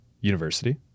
university